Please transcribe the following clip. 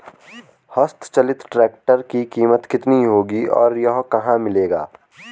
हस्त चलित ट्रैक्टर की कीमत कितनी होगी और यह कहाँ मिलेगा?